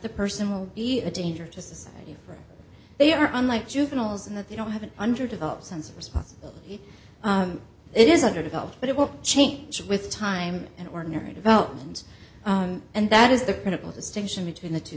the person will be a danger to society they are unlike juveniles and that they don't have an underdeveloped sense of response it is underdeveloped but it will change with time and ordinary development and that is the critical distinction between the two